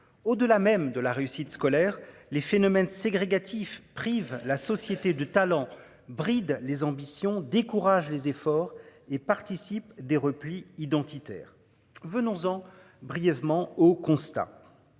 au delà même de la réussite scolaire les phénomènes ségrégative prive la société de talent bride les ambitions décourage les efforts et participe des replis identitaires. Venons-en brièvement au constat.